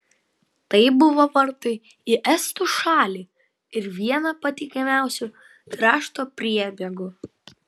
tai buvo vartai į estų šalį ir viena patikimiausių krašto priebėgų